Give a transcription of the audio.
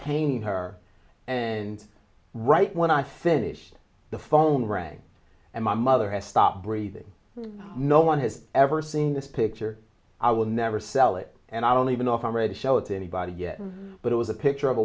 painting her and right when i finished the phone rang and my mother has stopped breathing no one has ever seen this picture i will never sell it and i don't even know if i'm read show it to anybody yet but it was a picture of a